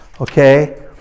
Okay